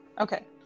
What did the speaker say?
Okay